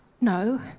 No